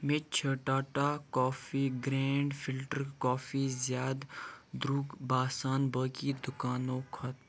مےٚ چھُ Tata coffee grand filter coffee زیادٕ درٛۅگ باسان باقٕے دُکانو کھۄتہٕ